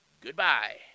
goodbye